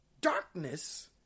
Darkness